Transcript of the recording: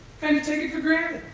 kinda take it for granted,